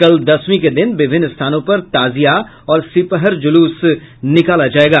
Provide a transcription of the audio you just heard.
कल दसवीं के दिन विभिन्न स्थानों पर ताज़िया और सिपहर ज़ुलूस निकाला जायेगा